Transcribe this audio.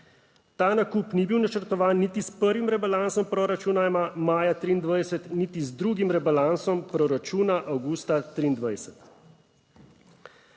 Ta nakup ni bil načrtovan niti s prvim rebalansom proračuna maja 2023, niti z drugim rebalansom proračuna avgusta 2023.